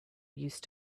used